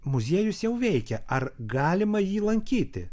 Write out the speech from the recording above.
muziejus jau veikia ar galima jį lankyti